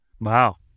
Wow